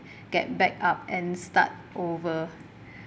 get back up and start over